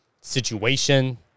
situation